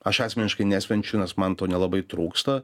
aš asmeniškai nešvenčiu nes man to nelabai trūksta